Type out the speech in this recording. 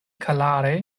klare